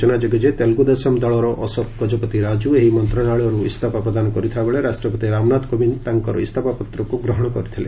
ସ୍ବଚନା ଯୋଗ୍ୟ ଯେ ତେଲ୍ରଗ୍ରଦେଶମ୍ ଦଳର ଅଶୋକ ଗଜପତି ରାଜ୍ର ଏହି ମନ୍ତ୍ରଣାଳୟର୍ ଇସ୍ତଫା ପ୍ରଦାନ କରିଥିଲା ବେଳେ ରାଷ୍ଟ୍ରପତି ରାମନାଥ କୋବିନ୍ଦ ତାଙ୍କର ଇସ୍ତଫା ପତ୍ରକୁ ଗ୍ରହଣ କରିଥିଲେ